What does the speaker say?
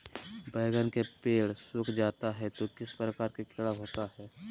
बैगन के पेड़ सूख जाता है तो किस प्रकार के कीड़ा होता है?